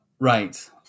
Right